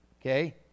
okay